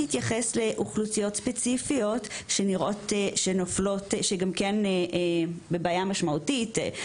תתייחס לאוכלוסיות ספציפיות שנוטות ליפול ושנמצאות בבעיה משמעותית.